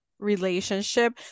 relationship